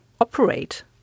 operate